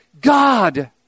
God